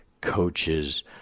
coaches